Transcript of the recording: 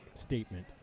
statement